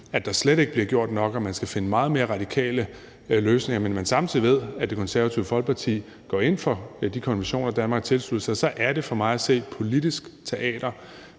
at der slet ikke bliver gjort nok, og at man skal finde meget mere radikale løsninger, men at man samtidig ved, at Det Konservative Folkeparti går ind for de konventioner, Danmark har tilsluttet sig, så er det for mig at se politisk teater.